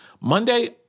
Monday